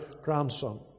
grandson